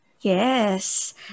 Yes